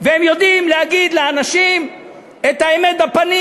והם יודעים להגיד לאנשים את האמת בפנים.